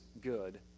good